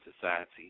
society